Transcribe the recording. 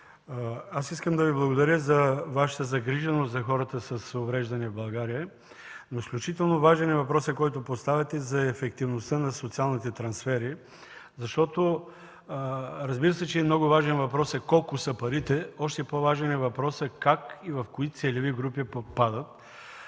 искам да Ви благодаря за Вашата загриженост за хората с увреждания в България, но изключително важен е въпросът, който поставяте, за ефективността на социалните трансфери. Разбира се, че е много важен въпросът колко са парите, още по-важен е въпросът как и в кои целеви групи попадат.